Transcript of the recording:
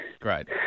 Great